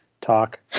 talk